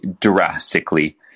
drastically